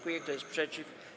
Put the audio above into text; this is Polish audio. Kto jest przeciw?